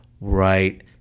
right